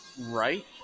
Right